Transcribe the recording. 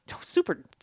super